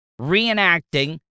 reenacting